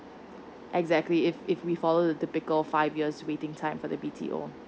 exactly if if we follow the typical five years waiting time for the B_T_O